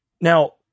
Now